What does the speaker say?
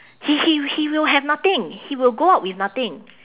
he he he will have nothing he will go out with nothing